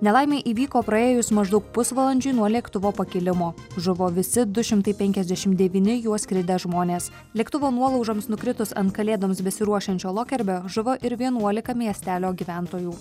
nelaimė įvyko praėjus maždaug pusvalandžiui nuo lėktuvo pakilimo žuvo visi du šimtai penkiasdešim devyni juo skridę žmonės lėktuvo nuolaužoms nukritus ant kalėdoms besiruošiančio lokerbio žuvo ir vienuolika miestelio gyventojų